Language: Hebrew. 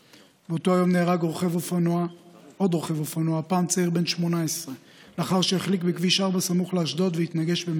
עוד באותו יום נהרג צעיר בן 20 כשמשאית התנגשה בו